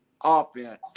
offense